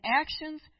actions